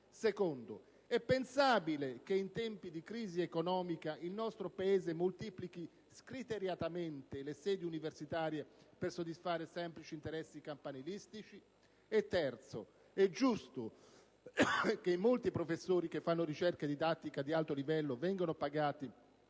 produce? È pensabile che in tempi di crisi economica il nostro Paese moltiplichi scriteriatamente le sedi universitarie per soddisfare semplici interessi campanilistici? Infine, è giusto che i molti professori che fanno ricerca e didattica di alto livello vengano pagati